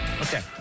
Okay